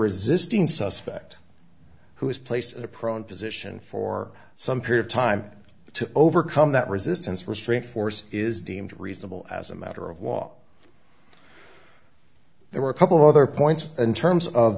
resisting suspect who is placed at a prone position for some period of time to overcome that resistance restraint force is deemed reasonable as a matter of law there were a couple other points in terms of